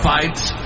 Fights